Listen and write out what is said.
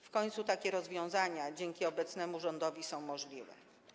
W końcu takie rozwiązania dzięki obecnemu rządowi są możliwe.